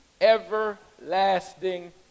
everlasting